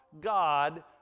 God